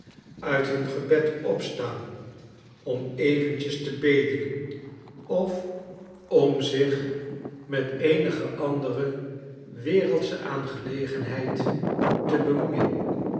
uit hun gebed opstaan om eventjes te bedelen of om zich met eenige andere wereldsche aangelegenheid te bemoeien